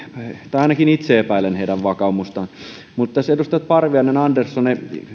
tai ainakin itse epäilen heidän vakaumustaan sitten täällä edustajat parviainen ja andersson